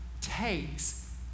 takes